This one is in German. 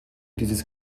dieses